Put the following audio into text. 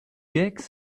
gags